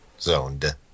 zoned